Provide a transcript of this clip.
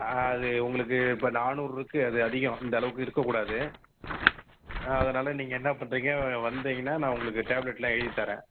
அது உங்களுக்கு இப்போ நானூறுருக்கு அது அதிகம் இந்த அளவுக்கு இருக்கக்கூடாது அதனால் நீங்கள் என்ன பண்ணுறீங்க வந்தீங்கன்னா நான் உங்களுக்கு டேப்லெட்லாம் எழுதி தரேன்